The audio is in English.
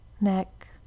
neck